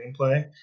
gameplay